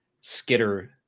skitter